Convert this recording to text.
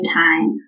time